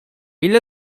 ile